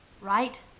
right